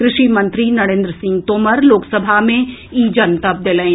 कृषि मंत्री नरेन्द्र सिंह तोमर लोकसभा मे ई जनतब देलनि